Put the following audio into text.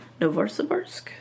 Novosibirsk